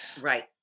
Right